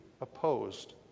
opposed